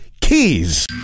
Keys